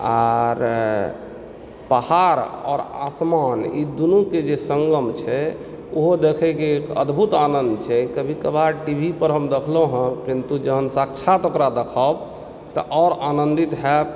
आओर पहाड़ आओर आसमान ई दुनूके जे संगम छै ओहो देखयके एक अद्भुत आनन्द छै कभी कभार टी वी पर हम देखलहुँ हँ किन्तु जहन साक्षात ओकरा देखब तऽ आओर आनंदित होयब